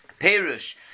Perush